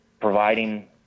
providing